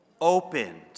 opened